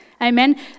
Amen